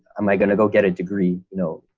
am i going to go get a degree you know,